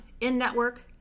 in-network